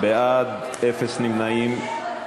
(חלוקת תיקים בענייני סמים),